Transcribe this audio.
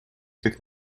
как